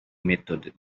méthodes